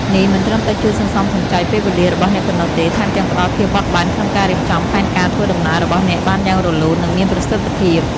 នេះមិនត្រឹមតែជួយសន្សំសំចៃពេលវេលារបស់អ្នកប៉ុណ្ណោះទេ ថែមទាំងផ្តល់ភាពបត់បែនក្នុងការរៀបចំផែនការធ្វើដំណើររបស់អ្នកបានយ៉ាងរលូន និងមានប្រសិទ្ធភាព។